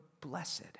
blessed